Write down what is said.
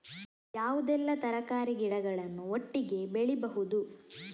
ಯಾವುದೆಲ್ಲ ತರಕಾರಿ ಗಿಡಗಳನ್ನು ಒಟ್ಟಿಗೆ ಬೆಳಿಬಹುದು?